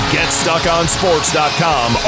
GetStuckOnSports.com